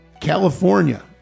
California